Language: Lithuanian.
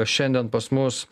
šiandien pas mus